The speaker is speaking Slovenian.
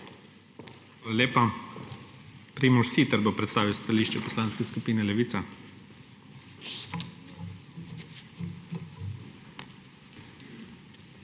lepa. Primož Siter bo predstavil stališče Poslanske skupine Levica.